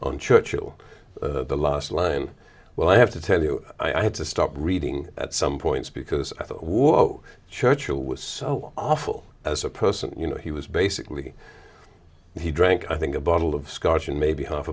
line well i have to tell you i had to stop reading at some points because i thought whoa churchill was so awful as a person you know he was basically he drank i think a bottle of scotch and maybe half